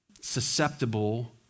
susceptible